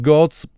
Gods